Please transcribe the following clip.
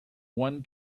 one